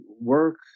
work